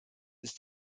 ist